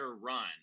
run